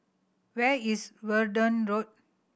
where is Verdun Road